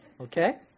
Okay